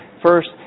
First